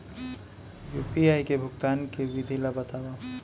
UPI ले भुगतान के विधि ला बतावव